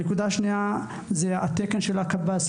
נושא נוסף הוא התקן של הקב״ס.